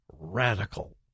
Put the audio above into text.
radical